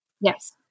Yes